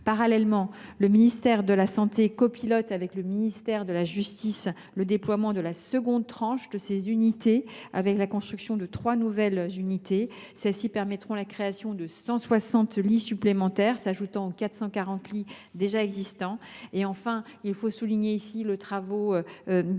Parallèlement, le ministre de la santé copilote avec le ministre de la justice le déploiement de la seconde tranche des UHSA, avec la construction de trois nouvelles unités. Celles ci permettront la création de 160 lits supplémentaires, s’ajoutant aux 440 lits déjà existants. Enfin, il faut souligner les travaux parlementaires